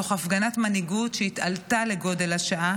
תוך הפגנת מנהיגות שהתעלתה על גודל השעה